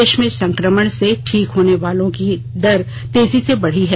देश में संक्रमण से ठीक होने वालों की दर तेजी से बढ़ी है